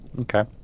Okay